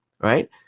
right